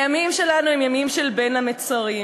הימים שלנו הם ימים של בין המצרים,